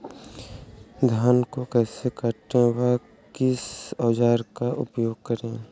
धान को कैसे काटे व किस औजार का उपयोग करें?